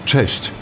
Cześć